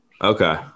Okay